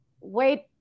wait